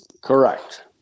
Correct